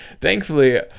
thankfully